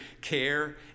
care